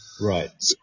Right